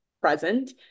present